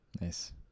Nice